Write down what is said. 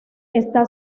está